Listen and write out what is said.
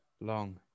Long